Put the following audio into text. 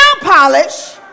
polish